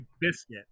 biscuit